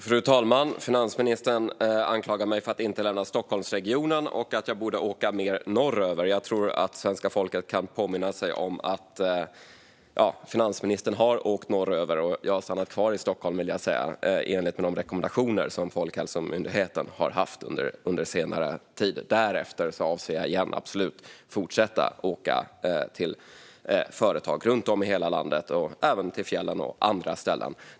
Fru talman! Finansministern anklagar mig för att inte lämna Stockholmsregionen och säger att jag borde åka mer norröver. Jag tror att svenska folket kan påminna sig om att finansministern har åkt norröver. Jag har stannat kvar i Stockholm, vill jag säga, i enlighet med de rekommendationer som Folkhälsomyndigheten har haft under senare tid. Därefter avser jag absolut att fortsätta åka till företag runt om i hela landet, och även till fjällen och andra ställen.